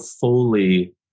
fully